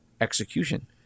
execution